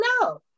no